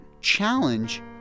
challenge